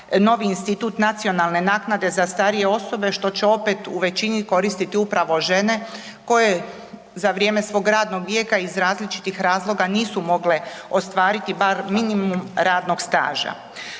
novi institut nacionalne naknade za starije osobe što će opet u većini koristiti upravo žene koje za vrijeme svog radnog vijeka iz različitih razloga nisu mogle ostvariti bar minimum radnog staža.